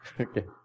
Okay